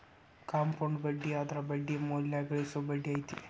compound ಬಡ್ಡಿ ಅಂದ್ರ ಬಡ್ಡಿ ಮ್ಯಾಲೆ ಗಳಿಸೊ ಬಡ್ಡಿ ಐತಿ